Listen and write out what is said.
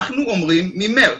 אנחנו אומרים ממרס,